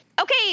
Okay